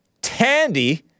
Tandy